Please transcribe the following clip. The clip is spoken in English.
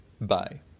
Bye